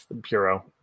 bureau